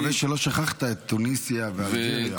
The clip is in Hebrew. אני מקווה שלא שכחת את תוניסיה ואלג'יריה.